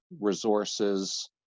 resources